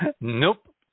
Nope